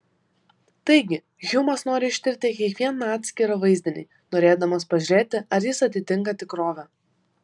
taigi hjumas nori ištirti kiekvieną atskirą vaizdinį norėdamas pažiūrėti ar jis atitinka tikrovę